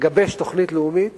לגבש תוכנית לאומית